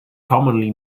commonly